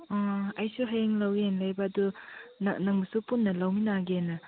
ꯑꯥ ꯑꯩꯁꯨ ꯍꯌꯦꯡ ꯂꯧꯒꯦꯅ ꯍꯥꯏꯅ ꯂꯩꯕ ꯑꯗꯨ ꯅꯪꯕꯨꯁꯨ ꯄꯨꯟꯅ ꯂꯧꯃꯤꯟꯅꯒꯦꯅ